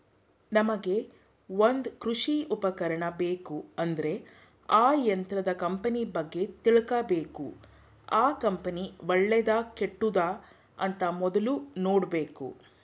ನಮ್ಗೆ ಒಂದ್ ಕೃಷಿ ಉಪಕರಣ ಬೇಕು ಅಂದ್ರೆ ಆ ಯಂತ್ರದ ಕಂಪನಿ ಬಗ್ಗೆ ತಿಳ್ಕಬೇಕು ಆ ಕಂಪನಿ ಒಳ್ಳೆದಾ ಕೆಟ್ಟುದ ಅಂತ ಮೊದ್ಲು ನೋಡ್ಬೇಕು